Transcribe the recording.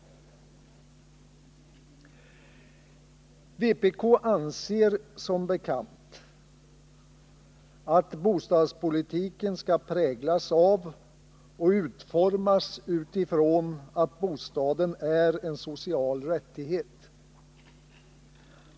Vpk anser som bekant att bostadspolitiken skall präglas av och utformas utifrån att bostaden är en social rättighet.